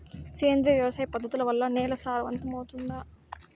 సేంద్రియ వ్యవసాయ పద్ధతుల వల్ల, నేల సారవంతమౌతుందా?